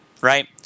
right